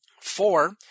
Four